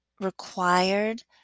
required